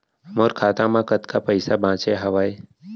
मोर खाता मा कतका पइसा बांचे हवय?